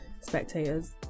spectators